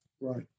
Right